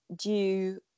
due